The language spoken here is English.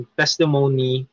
testimony